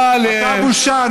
תודה, אתה בושה.